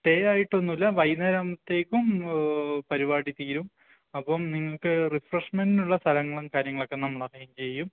stay ആയിട്ടൊന്നുമില്ല വൈകുന്നേരത്തേക്കും പരിപാടി തീരും അപ്പോള് നിങ്ങള്ക്ക് റിഫ്രഷ്മെൻറ്റിനുള്ള സ്ഥലങ്ങളും കാര്യങ്ങളൊക്കെ നമ്മളറേഞ്ചെയ്യും